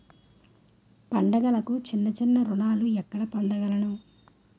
పండుగలకు చిన్న చిన్న రుణాలు ఎక్కడ పొందగలను?